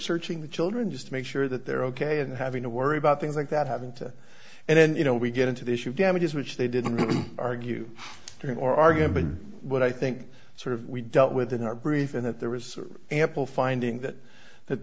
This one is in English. searching the children just to make sure that they're ok and having to worry about things like that having to and then you know we get into the issue of damages which they didn't argue or argument what i think sort of we dealt with in our brief in that there was ample finding that that